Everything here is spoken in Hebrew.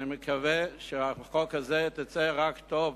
אני מקווה שהחוק הזה יעשה רק טוב